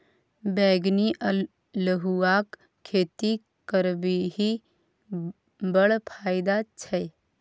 बैंगनी अल्हुआक खेती करबिही बड़ फायदा छै